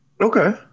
okay